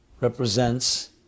represents